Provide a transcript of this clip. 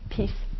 Peace